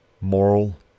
moral